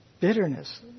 Bitterness